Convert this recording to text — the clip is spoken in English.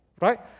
right